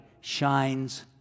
shines